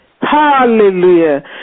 Hallelujah